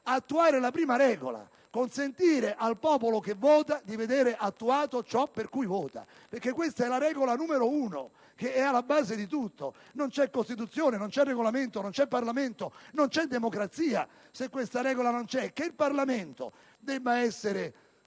attuare la prima regola: consentire al popolo che vota di vedere attuato ciò per cui vota. Questa è la prima regola, quella che sta alla base di tutto: non c'è Costituzione, non c'è Regolamento, non c'è Parlamento e non esiste democrazia senza questa regola. Poi, che il Parlamento debba essere